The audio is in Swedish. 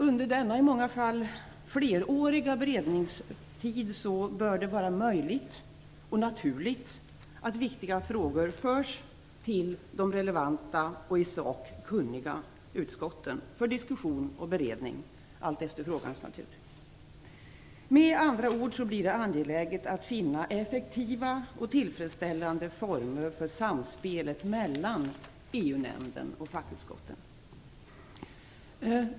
Under denna i många fall fleråriga beredningstid bör det vara möjligt och naturligt att viktiga frågor förs till de relevanta och i sak kunniga utskotten för diskussion och beredning allt efter frågans natur. Med andra ord blir det angeläget att finna effektiva och tillfredsställande former för samspelet mellan EU-nämnden och fackutskotten.